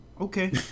Okay